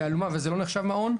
וזה לא נחשב מעון?